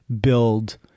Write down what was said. build